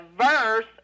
verse